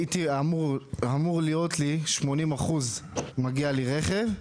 הייתי אמור להיות לי 80% מגיע לי רכב,